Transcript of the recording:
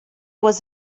was